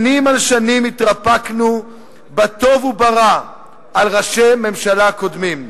שנים על שנים התרפקנו בטוב וברע על ראשי ממשלה קודמים.